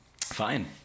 fine